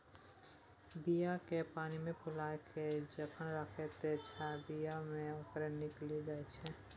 बीया केँ पानिमे फुलाए केँ जखन राखै छै तए बीया मे औंकरी निकलि जाइत छै